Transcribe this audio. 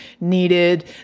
needed